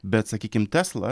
bet sakykim tesla